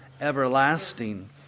everlasting